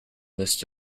list